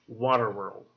Waterworld